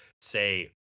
say